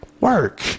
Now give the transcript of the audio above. work